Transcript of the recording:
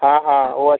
हाँ हाँ वह अच्छा